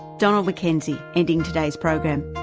donald mackenzie, ending today's program.